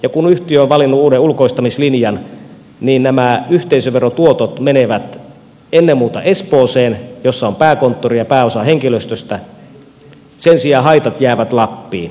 ja kun yhtiö on valinnut uuden ulkoistamislinjan niin nämä yhteisöverotuotot menevät ennen muuta espooseen jossa on pääkonttori ja pääosa henkilöstöstä sen sijaan haitat jäävät lappiin